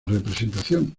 representación